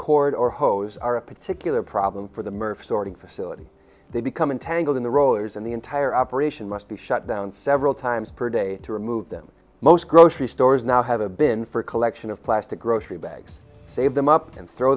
cord or hose are a particular problem for the merc sorting facility they become entangled in the rollers and the entire operation must be shut down several times per day to remove them most grocery stores now have a bin for a collection of plastic grocery bags save them up and throw